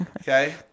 Okay